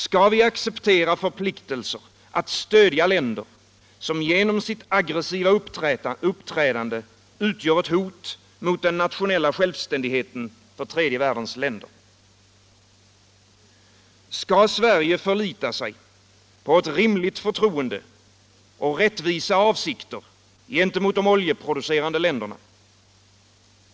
Skall vi acceptera förpliktelser att stödja länder som genom sitt aggressiva uppträdande utgör ett hot mot den nationella självständigheten för tredje världens länder? Skall Sverige förlita sig på ett rimligt förtroende och rättvisa avsikter gentemot de oljeproducerande länderna?